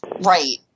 Right